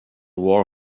war